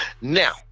Now